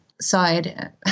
side